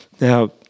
Now